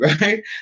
right